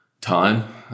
Time